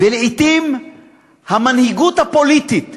ולעתים המנהיגות הפוליטית